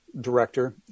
director